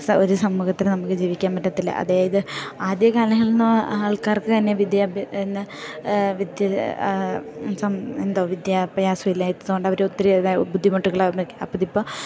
ഒരു സമൂഹത്തില് നമുക്ക് ജീവിക്കാൻ പറ്റത്തില്ല അതായത് ആദ്യ കാലങ്ങൾ എന്ന് ആൾക്കാർക്ക് തന്നെ വിദ്യാഭ്യ എന്ന വിദ്യ എന്തോ വിദ്യാഭ്യാസ ഇല്ലാത്തതു കൊണ്ട് അവര് ഒത്തിരിയത് ബുദ്ധിമുട്ടുകൾ അപ്പം അതിപ്പോൾ